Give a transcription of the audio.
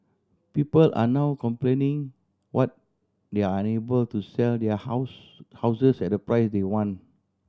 people are now complaining what they are unable to sell their house houses at the price they want